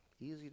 easy